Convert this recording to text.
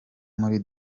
muri